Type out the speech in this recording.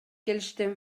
келишти